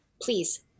Please